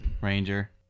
Ranger